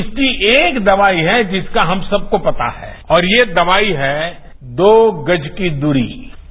इसकी एक दवाई है जिसका हम सबको पता है और ये दवाई है दो गज की दृष्टी